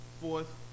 fourth